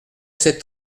sept